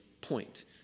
point